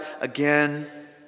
again